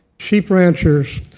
sheep ranchers,